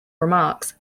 remarks